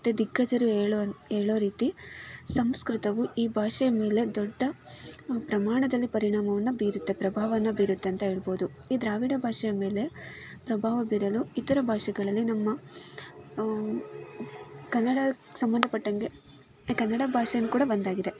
ಮತ್ತು ದಿಗ್ಗಜರು ಹೇಳೋವನ್ ಹೇಳೋ ರೀತಿ ಸಂಸ್ಕೃತವು ಈ ಭಾಷೆ ಮೇಲೆ ದೊಡ್ಡ ಪ್ರಮಾಣದಲ್ಲಿ ಪರಿಣಾಮವನ್ನು ಬೀರುತ್ತೆ ಪ್ರಭಾವನ್ನು ಬೀರುತ್ತೆ ಅಂತ ಹೇಳ್ಬೋದು ಈ ದ್ರಾವಿಡ ಭಾಷೆಯ ಮೇಲೆ ಪ್ರಭಾವ ಬೀರಲು ಇತರ ಭಾಷೆಗಳಲ್ಲಿ ನಮ್ಮ ಕನ್ನಡಕ್ಕೆ ಸಂಬಂಧಪಟ್ಟಂಗೆ ಕನ್ನಡ ಭಾಷೆಯೂ ಕೂಡ ಒಂದಾಗಿದೆ